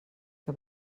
que